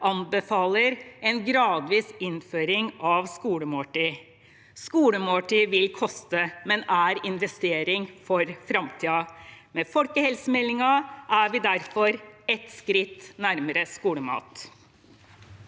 anbefaler en gradvis innføring av skolemåltid. Skolemåltidet vil koste, men er en investering for framtiden. Med folkehelsemeldingen er vi derfor ett skritt nærmere skolemat.